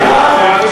כן.